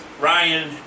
Ryan